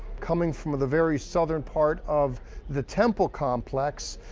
coming from the very southern part of the temple complex,